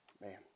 Man